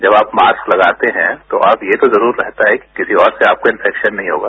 जब आप मास्क लगाते हैं तो ये तो जरूर रहता है कि किसी और से आपको इंफैक्शन नहीं होगा